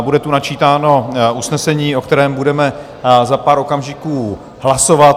Bude tu načítáno usnesení, o kterém budeme za pár okamžiků hlasovat.